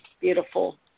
Beautiful